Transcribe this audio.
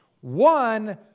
One